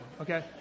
okay